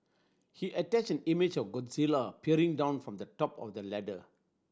he attached an image of Godzilla peering down from the top of the ladder